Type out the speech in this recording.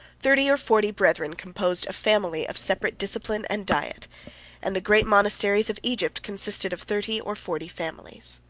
thirty or forty brethren composed a family of separate discipline and diet and the great monasteries of egypt consisted of thirty or forty families.